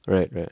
right right